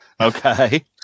Okay